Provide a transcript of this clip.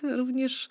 również